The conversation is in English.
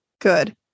good